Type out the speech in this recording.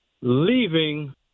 leaving